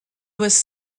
was